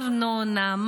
ארנונה,